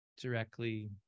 directly